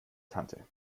tante